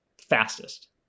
fastest